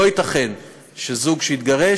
לא ייתכן שזוג שהתגרש,